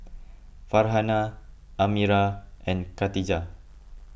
Farhanah Amirah and Katijah